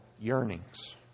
yearnings